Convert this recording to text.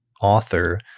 author